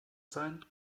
sein